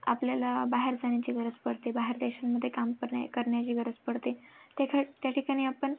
आपल्याला बाहेर जाण्याची गरज पडते बाहेर देशांमध्ये काम कर करण्याची गरज पडते ते खेड त्या ठिकाणी आपण